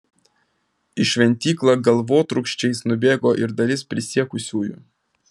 į šventyklą galvotrūkčiais nubėgo ir dalis prisiekusiųjų